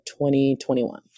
2021